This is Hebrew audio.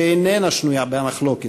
שאיננה שנויה במחלוקת,